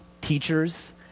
teachers